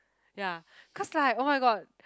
ya cause like oh-my-god